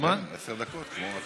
בעיות קשות שהמשרד לביטחון הפנים